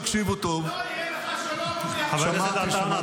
תקשיבו טוב --- לא יהיה לך שלום --- חבר הכנסת עטאונה,